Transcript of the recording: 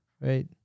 right